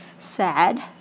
sad